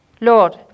Lord